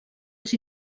els